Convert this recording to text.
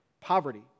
poverty